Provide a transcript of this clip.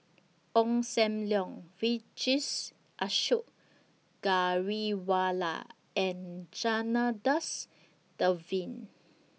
Ong SAM Leong Vijesh Ashok Ghariwala and Janadas Devan